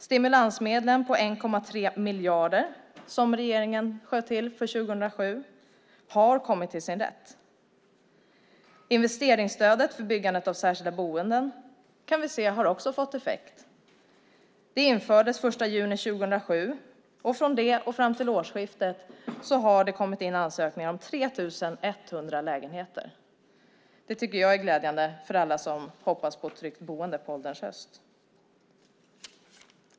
Stimulansmedlen på 1,3 miljarder, som regeringen sköt till för 2007, har kommit till sin rätt. Vi kan också se att investeringsstödet för byggandet av särskilda boenden har fått effekt. Det infördes den 1 juni 2007, och från det och fram till årsskiftet har det kommit in ansökningar om 3 100 lägenheter. Det tycker jag är glädjande för alla som hoppas på ett tryggt boende på ålderns höst.